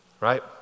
right